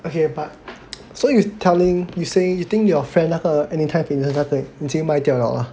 okay but so you telling you say you think your friend 那个 Anytime Fitness 已经卖掉了